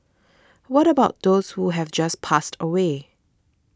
what about those who have passed away